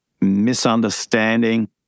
misunderstanding